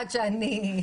לעניין